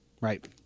Right